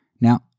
Now